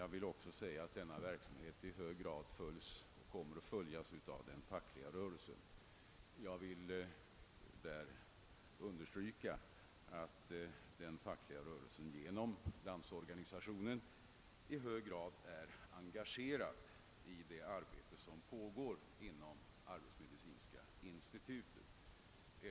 Jag vill också understryka att denna verksamhet med stor uppmärksamhet följs och kommer att följas av den fackliga rörelsen. Denna är genom Landsorganisationen i hög grad engagerad i det arbete som pågår inom arbetsmedicinska institutet.